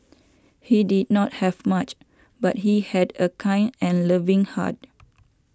he did not have much but he had a kind and loving heart